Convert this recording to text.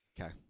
Okay